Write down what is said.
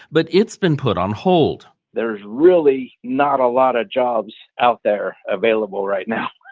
but it's been put on hold there's really not a lot of jobs out there available right now.